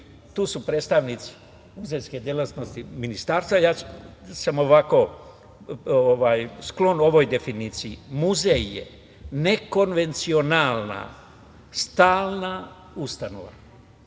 Tu su predstavnici muzejske delatnosti, ministarstva, ja sam sklon ovoj definiciji - muzej je nekonvencionalna stalna ustanova